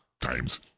times